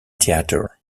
theater